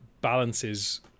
balances